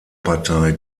partei